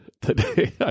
Today